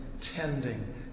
tending